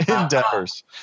endeavors